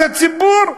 אז הציבור,